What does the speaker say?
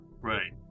Right